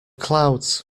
clouds